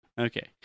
Okay